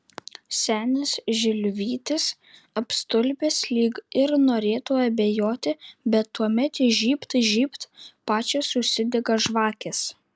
senis žilvytis apstulbęs lyg ir norėtų abejoti bet tuomet žybt žybt pačios užsidega žvakės